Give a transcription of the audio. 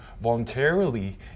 voluntarily